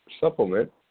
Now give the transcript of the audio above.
supplement